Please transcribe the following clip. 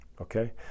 okay